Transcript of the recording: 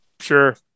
Sure